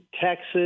Texas